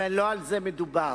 ולא על זה מדובר.